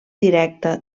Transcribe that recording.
directa